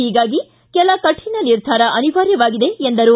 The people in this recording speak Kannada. ಹೀಗಾಗಿ ಕೆಲ ಕಠಿಣ ನಿರ್ಧಾರ ಅನಿವಾರ್ಯವಾಗಿದೆ ಎಂದರು